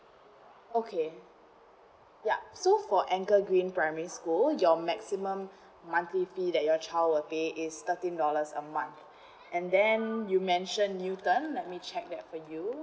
okay ya so for anchor green primary school your maximum monthly fee that your child will pay is thirteen dollars a month and then you mentioned newton let me check that for you